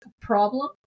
problem